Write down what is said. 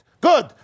good